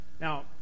Now